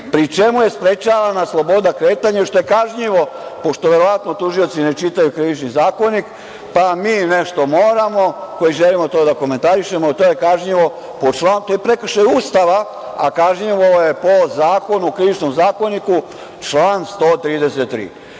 pri čemu je sprečavana sloboda kretanja, što je kažnjivo, pošto verovatno tužioci ne čitaju Krivični zakonik pa mi nešto moramo koji želimo to da komentarišemo, a to je prekršaj Ustava, a kažnjivo je po Krivičnom zakoniku, član 133.Ni